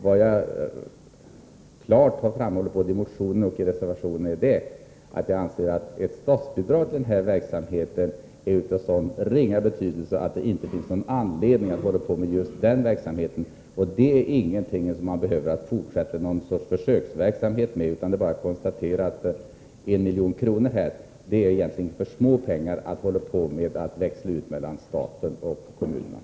Vad jag klart framhållit både i motionen å å k zz : 3 R -— regionala hemkonoch i reservationen är att jag anser att ett statsbidrag till denna verksamhet är § 5 É å å sulentorganisaav så ringa betydelse att det inte finns någon anledning att medel beräknas : tionen, m.m. härför. Man behöver inte fortsätta med någon sorts försöksverksamhet i det fallet — det är bara att konstatera att 1 milj.kr. egentligen är för litet pengar att växla ut mellan staten och kommunerna.